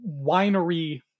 winery